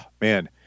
Man